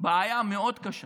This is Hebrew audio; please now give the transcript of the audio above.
בעיה מאוד קשה